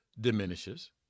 diminishes